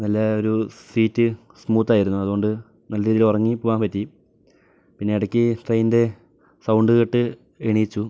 ഇന്നലെ ഒരു സീറ്റ് സ്മൂത്തായിരുന്നു അതുകൊണ്ട് നല്ല രീതിയിൽ ഉറങ്ങി പോകാൻ പറ്റി പിന്നെ ഇടക്ക് ട്രെയിനിൻ്റെ സൗണ്ട് കേട്ട് എണീറ്റു